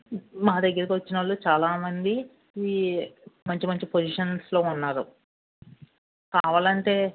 మా దగ్గరకి వచ్చిన వాళ్ళు చాలా మంది ఈ మంచి మంచి పొజిషన్స్లో ఉన్నారు కావాలంటే